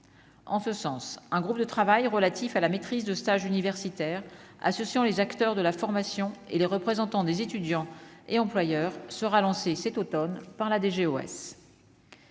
en ce sens, un groupe de travail relatif à la maîtrise de stage universitaire associant les acteurs de la formation et les représentants des étudiants et employeurs sera lancée cet Automne par la DGOS.